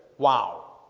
wow